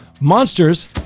Monsters